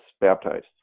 baptized